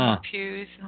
pews